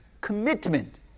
commitment